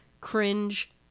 cringe